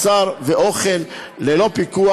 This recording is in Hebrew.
בשר ואוכל ללא פיקוח?